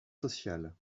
sociales